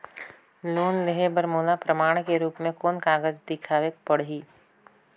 Loan लेहे बर मोला प्रमाण के रूप में कोन कागज दिखावेक पड़ही?